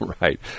right